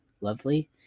Lovely